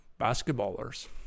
basketballers